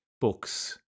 books